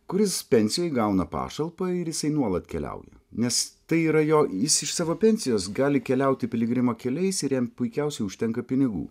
kuris pensijoj gauna pašalpą ir jisai nuolat keliauja nes tai yra jo jis iš savo pensijos gali keliauti piligrimo keliais ir jam puikiausiai užtenka pinigų